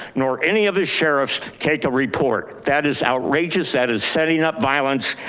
nor any of his sheriffs take a report that is outrageous, that is setting up violence.